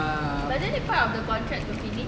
but then the part of the contract term is